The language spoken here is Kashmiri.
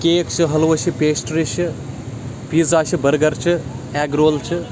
کیک چھُ حٔلوٕ چھُ پیسٹرٛی چھِ پیٖزا چھِ بٔرگَر چھِ اٮ۪گ رول چھِ